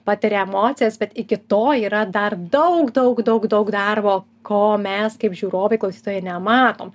patiria emocijas bet iki to yra dar daug daug daug daug darbo ko mes kaip žiūrovai klausytojai nematom